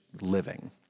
living